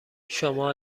شما